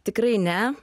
tikrai ne